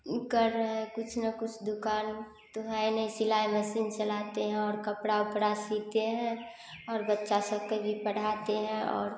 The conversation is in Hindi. कर रहे हैं कुछ ना कुछ दुकान तो है नहीं सिलाई मसीन चलाते हैं और कपड़ा उपड़ा सीते है और बच्चा सब को भी पढ़ाते हैं और